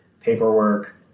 paperwork